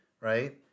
right